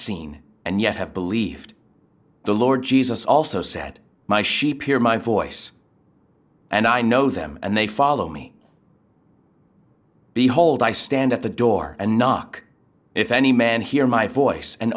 seen and yet have believed the lord jesus also said my sheep hear my voice and i know them and they follow me behold i stand at the door and knock if any man hear my voice and